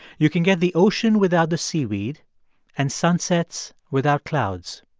you can get the ocean without the seaweed and sunsets without clouds.